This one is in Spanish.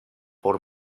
por